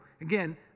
Again